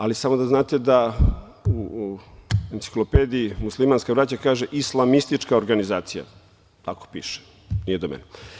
Ali, samo da znate da u enciklopediji muslimanska braća, kaže islamistička organizacija, tako piše, nije do mene.